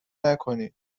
نکنید